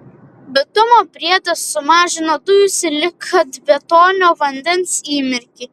bitumo priedas sumažina dujų silikatbetonio vandens įmirkį